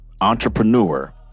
entrepreneur